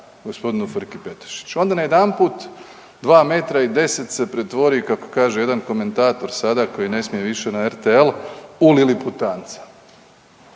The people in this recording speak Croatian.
gospodinu Frki Petešić onda najedanput 2 metra i 10 se pretvori kako kaže jedan komentator sada koji ne smije više na RTL u liliputanca,